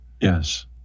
Yes